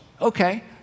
Okay